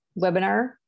webinar